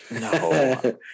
No